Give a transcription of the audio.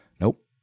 Nope